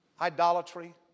idolatry